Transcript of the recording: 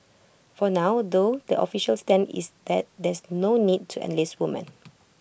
for now though the official stand is that there's no need to enlist woman